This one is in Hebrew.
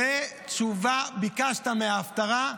זאת תשובה, ביקשת מההפטרה.